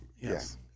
Yes